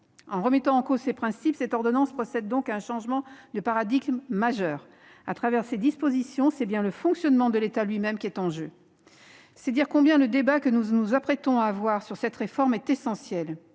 En remettant en cause lesdits principes, cette ordonnance procède à un changement de paradigme majeur ; au travers de ses dispositions, c'est bien le fonctionnement de l'État lui-même qui est en jeu. C'est dire combien le débat que nous nous apprêtons à consacrer à cette réforme est essentiel.